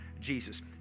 Jesus